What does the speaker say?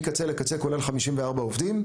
מקצה לקצה כולל 54 עובדים,